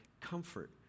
comfort